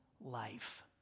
life